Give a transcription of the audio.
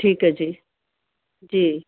ਠੀਕ ਆ ਜੀ ਜੀ